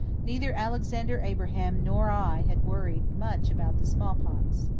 neither alexander abraham nor i had worried much about the smallpox.